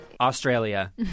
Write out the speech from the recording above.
Australia